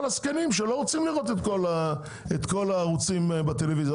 כל הזקנים שלא רוצים לראות את כל הערוצים בטלוויזיה,